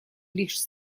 лишь